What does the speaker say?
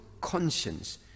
conscience